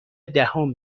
دهم